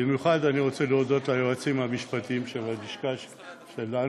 במיוחד אני רוצה להודות ליועצים המשפטיים של הלשכה שלנו,